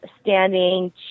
standing